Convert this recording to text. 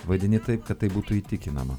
vadini taip kad tai būtų įtikinama